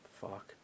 Fuck